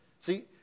See